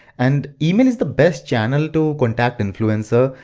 and email is the best channel to contact influencers,